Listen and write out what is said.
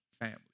family